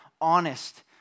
honest